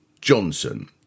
Johnson